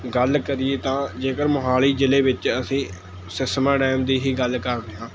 ਗੱਲ ਕਰੀਏ ਤਾਂ ਜੇਕਰ ਮੋਹਾਲੀ ਜ਼ਿਲ੍ਹੇ ਵਿੱਚ ਅਸੀਂ ਸਿਸਮਾ ਡੈਮ ਦੀ ਹੀ ਗੱਲ ਕਰਦੇ ਹਾਂ